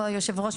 כבוד היושב-ראש,